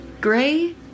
Gray